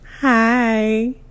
hi